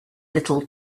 little